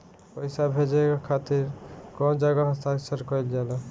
पैसा भेजे के खातिर कै जगह हस्ताक्षर कैइल जाला?